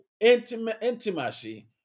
intimacy